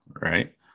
right